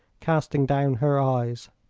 casting down her eyes.